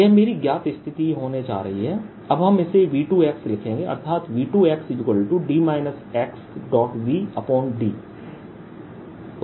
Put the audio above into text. यह मेरी ज्ञात स्थिति होने जा रही है अब हम इसे V2 लिखेंगे अर्थात V2Vd